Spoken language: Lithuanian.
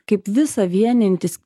kaip visa vienijantis